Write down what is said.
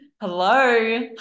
Hello